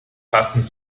passend